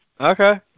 Okay